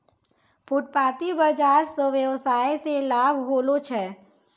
फुटपाटी बाजार स वेवसाय मे लाभ होलो छै